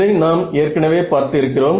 இதை நாம் ஏற்கனவே பார்த்து இருக்கிறோம்